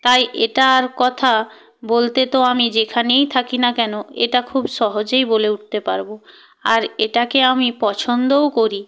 তাই এটার কথা ব লতে তো আমি যেখানেই থাকি না কেন এটা খুব সহজেই বলে উঠতে পারবো আর এটাকে আমি পছন্দও করি